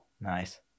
Nice